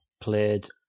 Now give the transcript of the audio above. played –